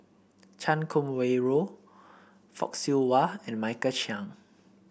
Chan Kum Wah Roy Fock Siew Wah and Michael Chiang